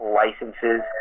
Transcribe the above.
licenses